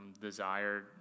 desired